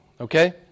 okay